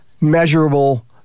measurable